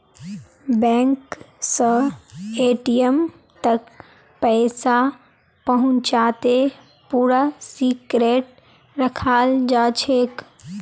bank स ATM तक पैसा पहुंचाते पूरा सिक्रेट रखाल जाछेक